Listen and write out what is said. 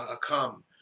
come